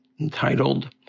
entitled